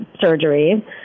surgery